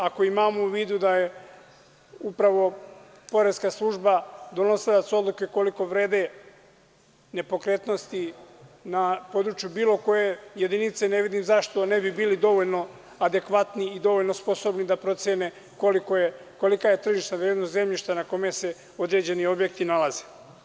Ako imamo u vidu da je upravo poreska služba donosilac odluke koliko vrede nepokretnosti na području bilo koje jedinice, ne vidim zašto ne bi bile dovoljno adekvatni i dovoljno sposobni da procene kolika je tržišna vrednost zemljišta na kome se određeni objekti nalaze.